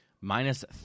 minus